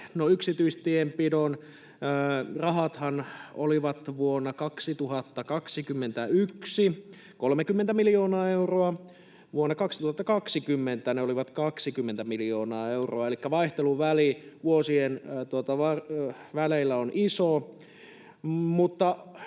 yksityistienpidon rahathan vuonna 2021 olivat 30 miljoonaa euroa, ja vuonna 2020 ne olivat 20 miljoonaa euroa, elikkä vaihteluväli vuosien väleillä on iso,